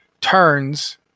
turns